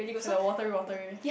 it's like the watery watery